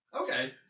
Okay